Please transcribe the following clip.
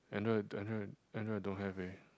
I know it I know it I know I don't have eh